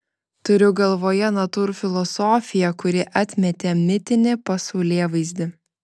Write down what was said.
turiu galvoje natūrfilosofiją kuri atmetė mitinį pasaulėvaizdį